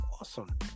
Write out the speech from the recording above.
Awesome